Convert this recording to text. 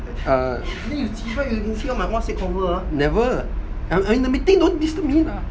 err never I'm in a meeting don't disturb me lah